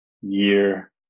year